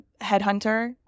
headhunter